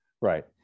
Right